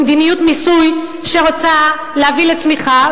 ממדיניות מיסוי שרוצה להביא לצמיחה,